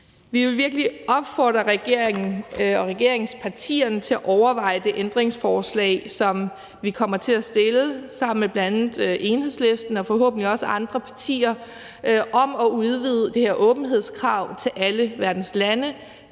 Vi vil virkelig opfordre regeringen og regeringspartierne til at overveje det ændringsforslag, som vi kommer til at stille sammen med bl.a. Enhedslisten og forhåbentlig også andre partier, om at udvide det her åbenhedskrav til alle verdens lande.